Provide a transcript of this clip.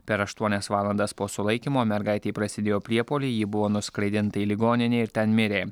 per aštuonias valandas po sulaikymo mergaitei prasidėjo priepuoliai ji buvo nuskraidinta į ligoninę ir ten mirė